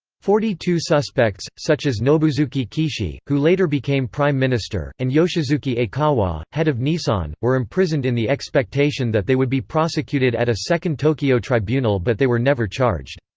forty-two suspects, such as nobusuke kishi, who later became prime minister, and yoshisuke yeah aikawa, head of nissan, were imprisoned in the expectation that they would be prosecuted at a second tokyo tribunal but they were never charged.